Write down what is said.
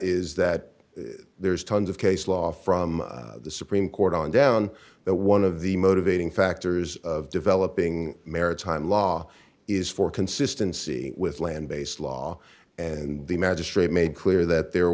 is that there's tons of case law from the supreme court on down that one of the motivating factors of developing maritime law is for consistency with land based law and the magistrate made clear that there